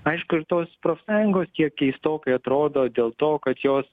aišku ir tos profsąjungos kiek keistokai atrodo dėl to kad jos